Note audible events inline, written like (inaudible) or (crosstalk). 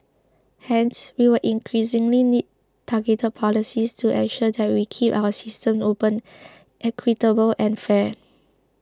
hence we will increasingly need targeted policies to ensure that we keep our systems open (noise) equitable and fair